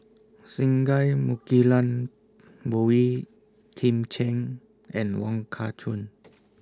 Singai Mukilan Boey Kim Cheng and Wong Kah Chun